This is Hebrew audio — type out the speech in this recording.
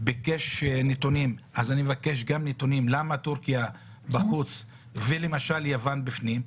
ביקש נתונים אני מבקש גם נתונים למה טורקיה בחוץ ולמשל יוון בפנים.